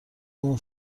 اون